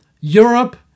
Europe